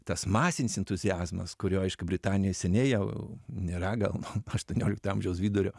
tas masinis entuziazmas kurio aišku britanijoj seniai jau nėra gal nuo aštuoniolikto amžiaus vidurio